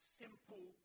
simple